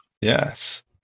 Yes